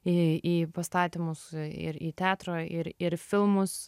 į į pastatymus ir į teatro ir ir filmus